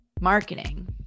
Marketing